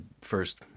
first